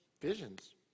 visions